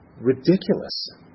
ridiculous